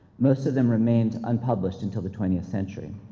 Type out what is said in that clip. most of them remained unpublished until the twentieth century.